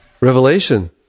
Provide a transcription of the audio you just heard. Revelation